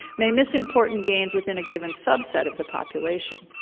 may miss important gains within a given subset of the population.